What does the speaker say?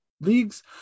leagues